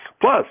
Plus